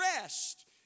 rest